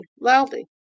loudly